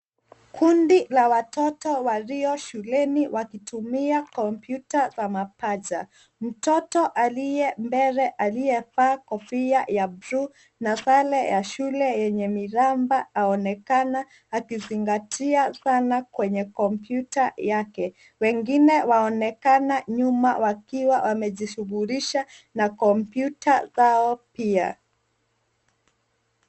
Kundi la watoto walio shuleni wakitumia kompyuta za mapaja. Mtoto alie mbele alie vaa kofia ya na sare ya shule yenye miramba aonekana akizingatia sana kwenye kompyuta yake. Wengine waonekana nyuma wakiwa wamejishughulisha na kompyuta zao pia.